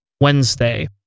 Wednesday